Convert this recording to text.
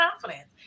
confidence